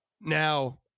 now